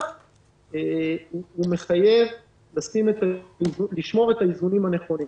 הוא מחייב לשמור את האיזונים הנכונים.